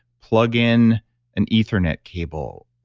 plug in an ethernet cable,